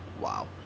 wow